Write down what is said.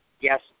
Yes